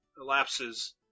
elapses